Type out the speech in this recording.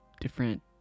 different